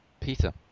Peter